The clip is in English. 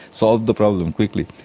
solve the problem quickly.